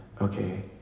okay